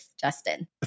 Justin